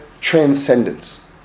transcendence